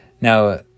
Now